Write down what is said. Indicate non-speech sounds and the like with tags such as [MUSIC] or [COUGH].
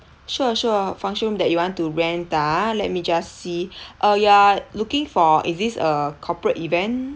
sure sure function room that you want to rent ah let me just see [BREATH] uh you are looking for is this a corporate event